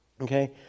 okay